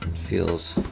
feels